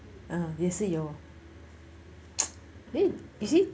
也是有 eh is it